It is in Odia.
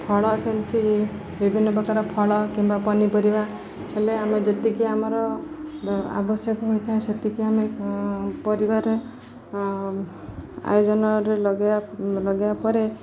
ଫଳ ସେମିତି ବିଭିନ୍ନ ପ୍ରକାର ଫଳ କିମ୍ବା ପନିପରିବା ହେଲେ ଆମେ ଯେତିକି ଆମର ଆବଶ୍ୟକ ହୋଇଥାଏ ସେତିକି ଆମେ ପରିବାର ଆୟୋଜନରେ ଲଗେଇବା ପରେ